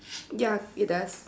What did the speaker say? ya it does